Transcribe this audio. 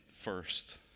first